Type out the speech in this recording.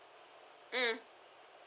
mm